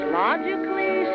logically